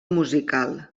musical